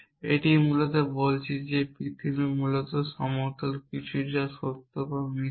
এটি মূলত বলছে যে পৃথিবী মূলত সমতল কিছু যা সত্য বা মিথ্যা